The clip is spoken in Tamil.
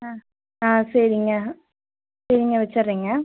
ஆ ஆ சரிங்க சரிங்க வைத்துட்றேங்க